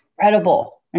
incredible